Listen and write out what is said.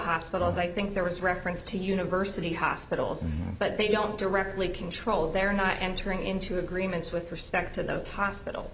hospitals i think there was reference to university hospitals but they don't directly control they're not entering into agreements with respect to those hospital